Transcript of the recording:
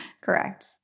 Correct